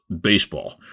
baseball